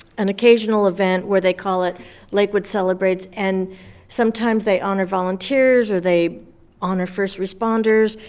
an occasional event where they call it lakewood celebrates, and sometimes they honor volunteers, or they honor first responders,